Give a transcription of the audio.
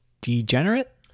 Degenerate